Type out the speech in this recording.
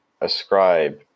ascribe